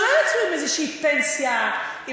שלא יצאו עם פנסיה כלשהי,